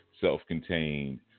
self-contained